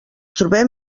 trobem